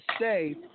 say